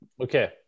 Okay